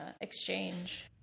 exchange